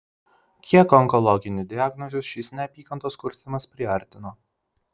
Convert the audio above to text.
kiek onkologinių diagnozių šis neapykantos kurstymas priartino